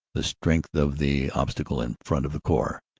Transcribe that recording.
the strength of the obstacle in front of the corps,